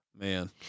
Man